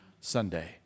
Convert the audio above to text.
Sunday